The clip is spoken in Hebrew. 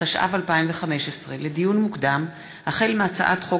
התשע"ו 2015. לדיון מוקדם: החל בהצעת חוק